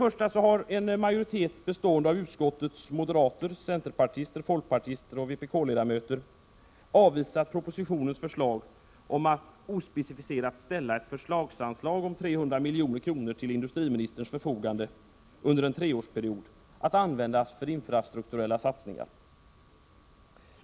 Först och främst har en majoritet, bestående av utskottets moderater, centerpartister, folkpartister och vpk-ledamöter, avvisat propositionens förslag om att ospecificerat ställa ett förslagsanslag om 300 milj.kr. till industriministerns förfogande under en treårsperiod, att användas för infrastrukturella satsningar.